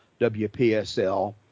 WPSL